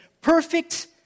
perfect